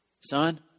Son